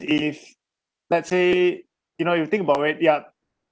if let's say you know you think about when yup